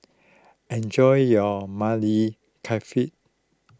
enjoy your Maili Kofta